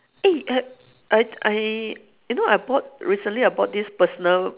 eh I I I you know I bought recently I bought this personal